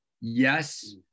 yes